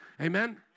Amen